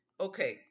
Okay